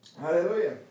Hallelujah